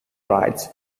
rides